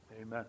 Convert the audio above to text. Amen